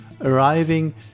Arriving